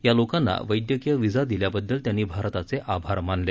या लोकांना वैद्यकीय व्हिजा दिल्याबद्दल त्यांनी भारताचे आभार मानले